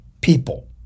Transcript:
people